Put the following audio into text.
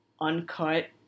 uncut